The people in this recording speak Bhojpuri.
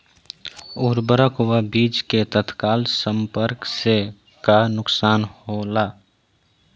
उर्वरक व बीज के तत्काल संपर्क से का नुकसान होला?